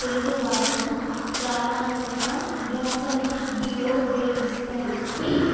తెలుగు భాషను ప్రామాణికంగా వ్యాకరణ శుద్ధితో ఉపయోగిస్తారు